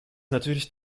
natürlich